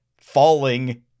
falling